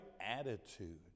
attitude